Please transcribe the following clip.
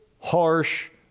harsh